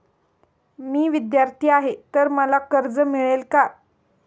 मी विद्यार्थी आहे तर मला कर्ज मिळेल का?